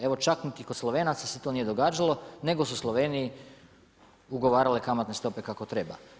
Evo čak ni kod Slovenaca se to nije događalo, nego su u Sloveniji ugovarale kamatne stope kako treba.